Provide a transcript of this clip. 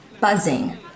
buzzing